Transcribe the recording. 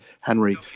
Henry